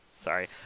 sorry